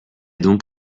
donc